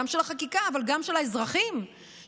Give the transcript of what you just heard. גם של חקיקה אבל גם של האזרחים שנלחמים,